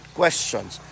questions